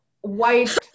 white